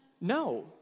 No